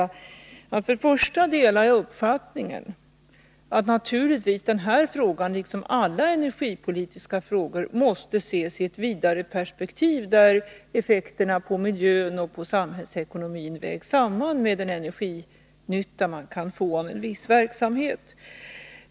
Naturligtvis delar jag uppfattningen att frågan om alternativa drivmedel liksom andra energipolitiska frågor måste ses i ett vidare perspektiv, där effekterna på miljön och på samhällsekonomin vägs samman med den energinytta man kan få av en viss verksamhet.